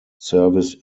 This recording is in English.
service